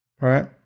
right